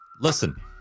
listen